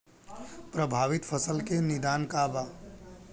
प्रभावित फसल के निदान का बा?